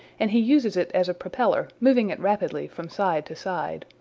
and he uses it as a propeller, moving it rapidly from side to side.